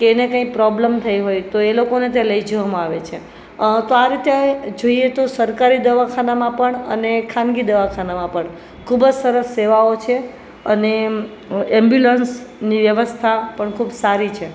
કે એને કઈ પ્રોબ્લેમ થઈ હોય તો એ લોકોને ત્યાં લઈ જવામાં આવે છે તો આ રીતે જોઈએ તો સરકારી દવાખાનામાં પણ અને ખાનગી દવાખાનામાં પણ ખૂબ જ સરસ સેવાઓ છે અને એમ્બ્યુલન્સની વ્યવસ્થા પણ ખૂબ સારી છે